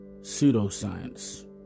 pseudoscience